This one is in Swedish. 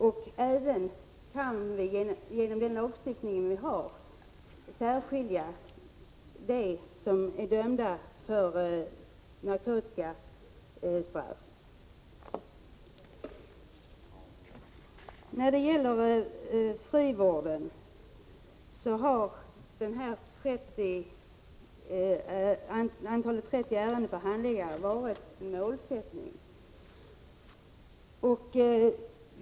Vi kan inom ramen för den lagstiftning vi har särskilja dem som är dömda för narkotikabrott. När det gäller frivården har antalet 30 ärenden varit målsättningen.